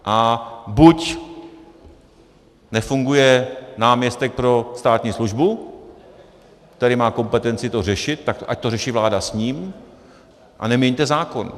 A buď nefunguje náměstek pro státní službu, který má kompetenci to řešit, tak ať to řeší vláda s ním a neměňte zákon.